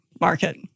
market